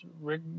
Rick